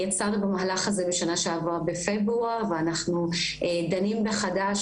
יצאנו במהלך הזה בשנה שעברה בפברואר ואנחנו דנים מחדש